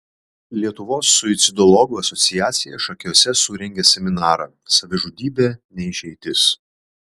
lietuvos suicidologų asociacija šakiuose surengė seminarą savižudybė ne išeitis